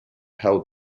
held